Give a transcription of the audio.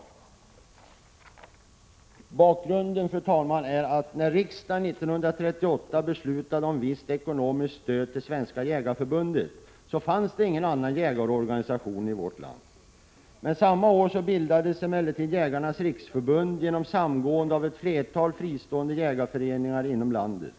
Bakgrunden, fru talman, är att när riksdagen 1938 beslutade om visst ekonomiskt stöd till Svenska jägareförbundet fanns ingen annan jägarorganisation i landet. Samma år bildades emellertid Jägarnas riksförbund, genom samgående av ett flertal fristående jägarföreningar inom landet.